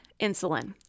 insulin